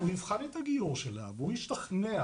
הוא יבחן את הגיור שלה והוא השתכנע